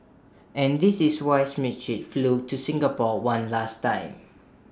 and this is why Schmidt flew to Singapore one last time